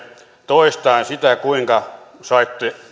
toistaen sitä kuinka saitte